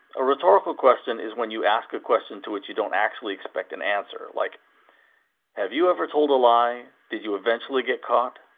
a rhetorical question is when you ask a question to which you don't actually expect an answer, like have you ever told a lie did you eventually get caught?